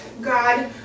God